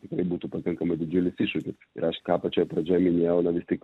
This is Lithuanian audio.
tikrai būtų pakankamai didžiulis iššūkis ir aš ką pačioj pradžioj minėjau na vis tik